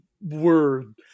word